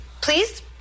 please